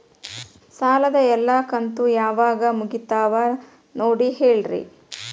ಸಾಲದ ಎಲ್ಲಾ ಕಂತು ಯಾವಾಗ ಮುಗಿತಾವ ನೋಡಿ ಹೇಳ್ರಿ